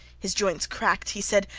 his joints cracked he said,